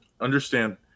understand